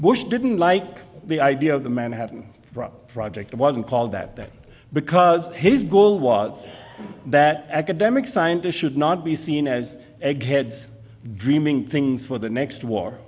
bush didn't like the idea of the manhattan project it wasn't called that that because his goal was that academic scientists should not be seen as eggheads dreaming things for the next war